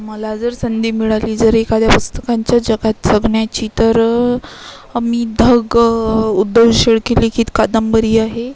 मला जर संधी मिळाली जर एखाद्या पुस्तकाच्या जगात जगण्याची तर मी धग उद्धव शेळके लिखित कादंबरी आहे